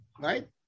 right